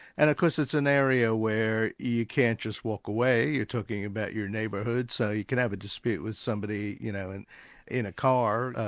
and of course it's an area where you can't just walk away, you're talking about your neighbourhood, so you can have a dispute with somebody you know and in a car,